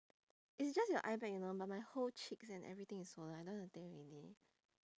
it's just your eye bag you know but my whole cheeks and everything is swollen I don't want to take already